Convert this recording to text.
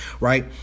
right